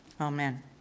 Amen